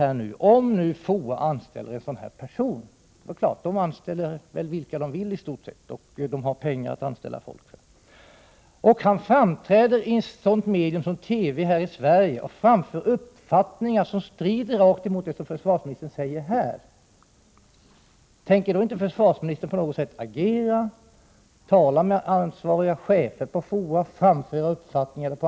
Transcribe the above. Men när nu FOA anställer en sådan här person — det är klart att FOA anställer vilka man vill om det finns pengar — och han sedan framträder i ett medium som TV här i Sverige och framför uppfattningar som strider mot det som försvarsministern säger här och nu, måste jag fråga om inte försvarsministern tänker agera på något sätt, t.ex. tala med ansvariga chefer på FOA och framföra sin uppfattning.